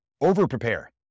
over-prepare